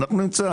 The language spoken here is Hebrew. אנחנו נמצא.